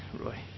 Roy